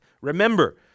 Remember